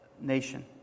nation